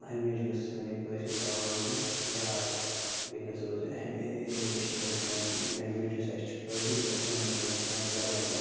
ہمیشہِ گٔژھ سٲنۍ یہِ کٲشِر زبان روزٕنۍ یاد بیٚیہِ گٔژھ روزٕنۍ ہمیشہِ یِہوٚے سٲنۍ لٮ۪نٛگویج یُس اَسہِ چھِ کٲشِر یہِ گٔژھ ہمیشہِ روزٕنۍ زبانہِ پٮ۪ٹھ